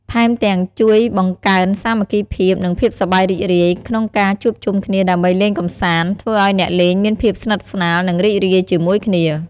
ថែមទាំង ជួយបង្កើនសាមគ្គីភាព និងភាពសប្បាយរីករាយ ក្នុងការជួបជុំគ្នាដើម្បីលេងកម្សាន្ត ធ្វើឱ្យអ្នកលេងមានភាពស្និទ្ធស្នាល និងរីករាយជាមួយគ្នា។